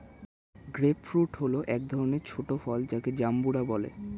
grape fruit হল এক ধরনের ছোট ফল যাকে জাম্বুরা বলে